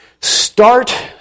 start